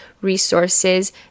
resources